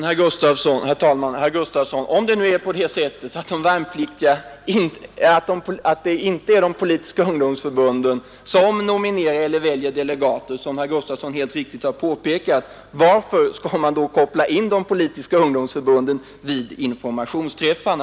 Herr talman! Men, herr Gustavsson i Nässjö, om det nu inte är de politiska ungdomsförbunden som nominerar eller väljer delegater, som herr Gustavsson helt riktigt har påpekat, varför skall man då koppla in dessa ungdomsförbund vid informationsträffarna?